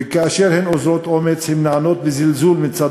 וכאשר הן אוזרות אומץ הן נענות בזלזול מצד